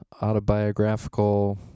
autobiographical